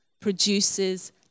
produces